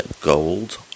gold